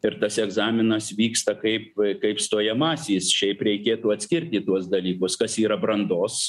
ir tas egzaminas vyksta kaip kaip stojamasis šiaip reikėtų atskirti tuos dalykus kas yra brandos